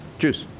juice.